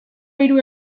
hiru